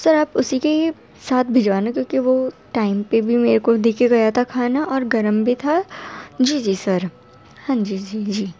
تو سر آپ اسی کے ہی ساتھ بھیجوانا کیوں کہ وہ ٹائم پہ بھی میرے کو دے کے گیا تھا کھانا اور گرم بھی تھا جی جی سر ہاں جی جی جی